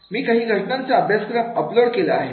मी काही घटनांचा अभ्यासक्रम अपलोड केलेला आहे